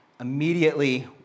immediately